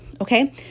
okay